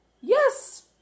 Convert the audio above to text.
Yes